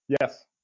Yes